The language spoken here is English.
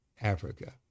Africa